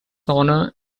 honour